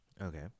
Okay